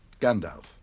Gandalf